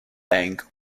bank